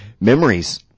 memories